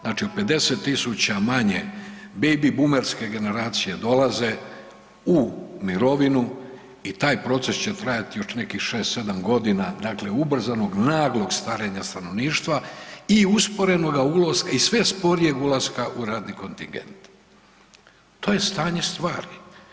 Znači, 50 000 manje bejbi bumerske generacije dolaze u mirovinu i taj proces će trajati još nekih 6-7.g., dakle ubrzanog naglog starenja stanovništva i usporenoga i sve sporijeg ulaska u radni kontingent, to je stanje stvari.